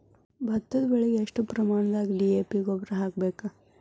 ಭತ್ತದ ಬೆಳಿಗೆ ಎಷ್ಟ ಪ್ರಮಾಣದಾಗ ಡಿ.ಎ.ಪಿ ಗೊಬ್ಬರ ಹಾಕ್ಬೇಕ?